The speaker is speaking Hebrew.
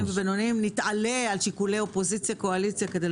והבינוניים נתעלה משיקולי אופוזיציה קואליציה.